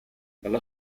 dalla